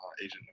agent